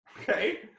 Okay